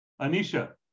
Anisha